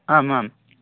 आम् आम्